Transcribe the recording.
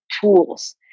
tools